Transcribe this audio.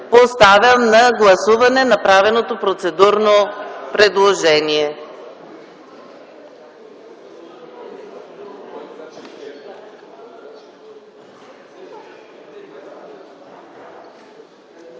Поставям на гласуване направеното процедурно предложение.